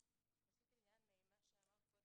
ראשית לעניין מה שאמרת קודם.